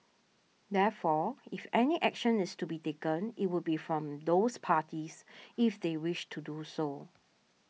therefore if any action is to be taken it would be from those parties if they wish to do so